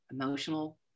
emotional